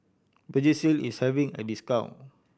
vagisil is having a discount